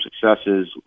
successes